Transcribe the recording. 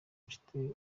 inshuti